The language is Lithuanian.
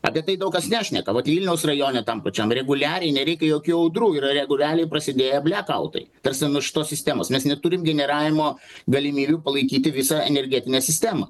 apie tai daug kas nešneka vat vilniaus rajone tam pačiam reguliariai nereikia jokių audrų yra reguliariai prasidėję blekautai tarsi nu šitos sistemos mes neturim generavimo galimybių palaikyti visą energetinę sistemą